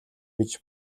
гэж